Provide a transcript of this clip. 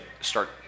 start